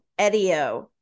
Edio